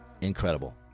Incredible